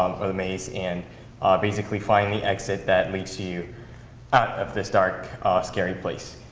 or the maze, and basically find the exit that leads you out of this dark scary place.